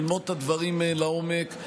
ללמוד את הדברים לעומק,